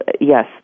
yes